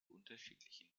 unterschiedlichen